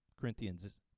Corinthians